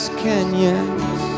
canyons